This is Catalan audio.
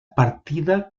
partida